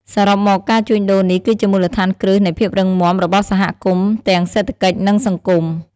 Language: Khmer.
សរុបមក ការជួញដូរនេះគឺជាមូលដ្ឋានគ្រឹះនៃភាពរឹងមាំរបស់សហគមន៍ទាំងសេដ្ឋកិច្ចនិងសង្គម។